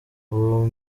ubu